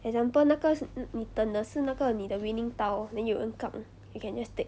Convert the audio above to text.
example 那个是你等的是那个你的 winning tile then 有人杠 you can just take